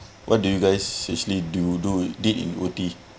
what do you guys actually do do did in ooty